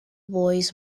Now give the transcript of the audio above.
boys